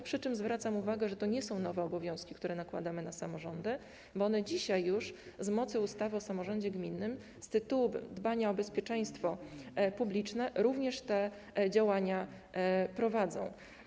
Zwracam przy tym uwagę, że to nie są nowe obowiązki, które nakładamy na samorządy, bo one już dzisiaj z mocy ustawy o samorządzie gminnym, z tytułu dbania o bezpieczeństwo publiczne, również te działania prowadzą.